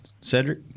Cedric